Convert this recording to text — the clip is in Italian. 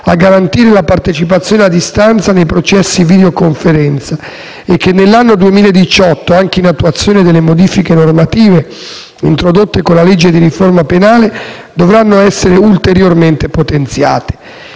a garantire la partecipazione a distanza nei processi (videoconferenza) e che nell'anno 2018, anche in attuazione delle modifiche normative introdotte con la legge di riforma penale, dovranno essere ulteriormente potenziate.